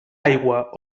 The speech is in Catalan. aigua